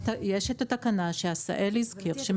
יש את התקנה שעשאהל הזכיר.